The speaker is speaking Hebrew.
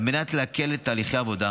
על מנת להקל את תהליכי העבודה